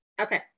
Okay